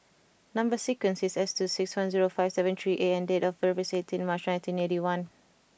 number sequence is S two six one zero five seven three A and date of birth is eighteen March nineteen eighty one